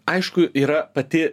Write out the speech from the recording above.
aišku yra pati